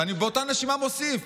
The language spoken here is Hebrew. ואני באותה נשימה מוסיף,